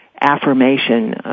affirmation